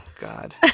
God